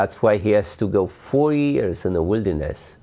that's why he has to go for years in the wilderness